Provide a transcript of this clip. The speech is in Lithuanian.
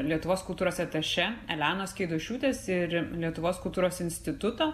lietuvos kultūros atašė elenos keidošiūtės ir lietuvos kultūros instituto